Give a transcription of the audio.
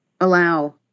allow